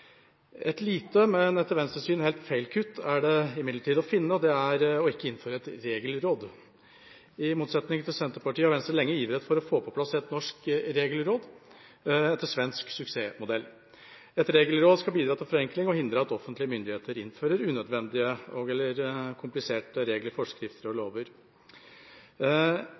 Et lite, men etter Venstres syn helt feil kutt er imidlertid å finne, og det er å ikke innføre et regelråd. I motsetning til Senterpartiet har Venstre lenge ivret for å få på plass et norsk regelråd etter svensk suksessmodell. Et regelråd skal bidra til forenkling og hindre at offentlige myndigheter innfører unødvendige og/eller kompliserte regler, forskrifter og lover.